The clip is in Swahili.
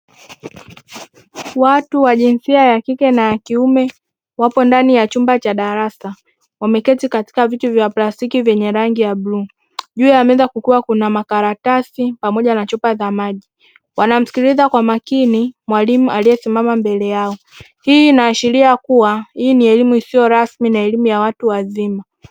Watu wa jinsia ya kike na wa kiume wapo ndani ya chumba cha darasa wameketi katika viti vya plastiki vyenye rangi ya bluu, juu ya meza kukiwa kuna makaratasi pamoja na chupa za maji wanamsikiliza kwa makini mwalimu aliyesimama mbele yao hii inaashiria kuwa hii ni elimu isiyo rasmi na elimu ya watu wazima.